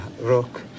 rock